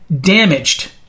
damaged